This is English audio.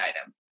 item